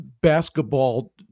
basketball